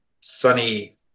sunny